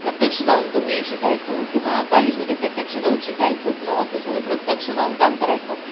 प्रत्यक्ष जाऊन तुम्ही शिकायचं किंवा कॉलेजमध्ये प्रत्यक्ष जाऊन शिकायचं किंवा ऑफिसमध्ये प्रत्यक्ष जाऊन काम करायचं